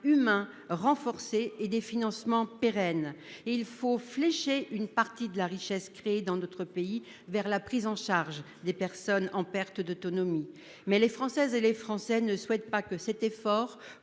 renforcées et des financements pérennes. Il faut flécher une partie de la richesse créée dans d'autres pays vers la prise en charge des personnes en perte d'autonomie mais les Françaises et les Français ne souhaite pas que cet effort